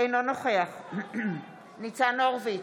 אינו נוכח ניצן הורוביץ,